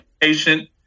patient